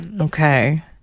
Okay